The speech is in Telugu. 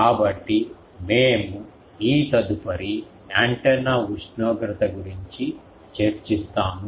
కాబట్టి మేము ఈ తదుపరి యాంటెన్నా ఉష్ణోగ్రత గురించి చర్చిస్తాము